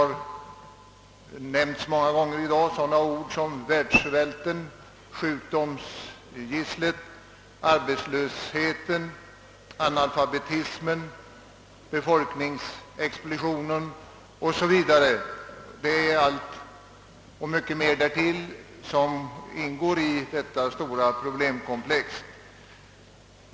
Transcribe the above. Sådana ord som världssvälten, sjukdomsgisslet, arbetslösheten, analfabetismen, befolkningsexplosionen har nämnts många gånger i dag. Detta och mycket mer därtill ingår i detta stora problemkomplex.